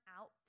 out